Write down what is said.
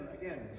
Again